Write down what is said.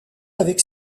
avec